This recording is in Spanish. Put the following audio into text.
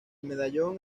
medallón